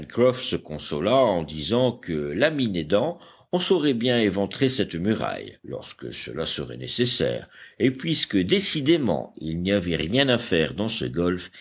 se consola en disant que la mine aidant on saurait bien éventrer cette muraille lorsque cela serait nécessaire et puisque décidément il n'y avait rien à faire dans ce golfe